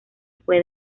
fue